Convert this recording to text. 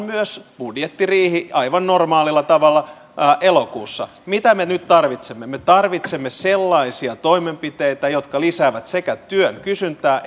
myös budjettiriihi aivan normaalilla tavalla elokuussa mitä me nyt tarvitsemme me tarvitsemme sellaisia toimenpiteitä jotka lisäävät sekä työn kysyntää